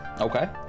Okay